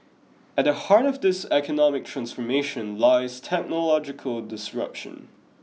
at the heart of this economic transformation lies technological disruption